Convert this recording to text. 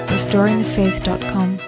RestoringThefaith.com